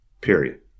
period